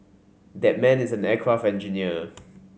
that man is an aircraft engineer